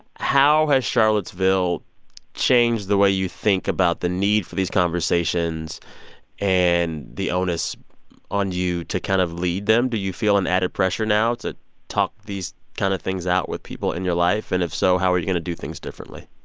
how has charlottesville changed the way you think about the need for these conversations and the onus on you to kind of lead them? do you feel an added pressure now to talk these kind of things out with people in your life? and if so, how are you going to do things differently?